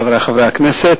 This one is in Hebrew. חברי חברי הכנסת,